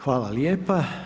Hvala lijepa.